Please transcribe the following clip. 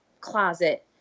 closet